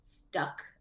stuck